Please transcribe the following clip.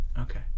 Okay